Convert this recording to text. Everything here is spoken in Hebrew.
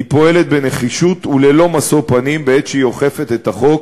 היא פועלת בנחישות וללא משוא פנים בעת שהיא אוכפת את החוק,